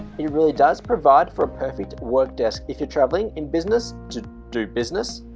it really does provide for a perfect work desk if you're traveling in business, to do business!